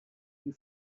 you